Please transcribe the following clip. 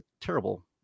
terrible